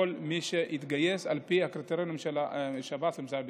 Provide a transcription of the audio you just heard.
מי שיתגייס על פי הקריטריונים של השב"ס ומשרד הביטחון.